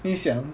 你想